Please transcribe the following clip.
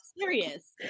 serious